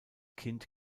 kind